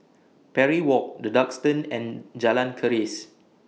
Parry Walk The Duxton and Jalan Keris